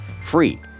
free